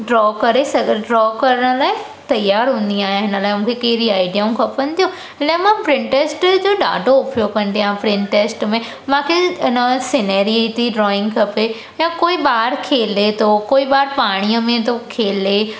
draw करे सघण draw करण लाइ तयारु हूंदी आहियां हिन लाइ मूंखे कहिड़ी आइडियाऊं खपनि थियूं हिन लाइ मां प्रिंटेस्ट जो ॾाढो उपयोगु कंदी आहियां प्रिंटेस्ट में मूंखे इनॉय सीनरी ते ड्राइंग खपे या कोई ॿारु खेले थो कोई ॿारु पाणीअ में थो खेले